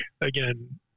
again